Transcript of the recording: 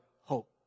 hope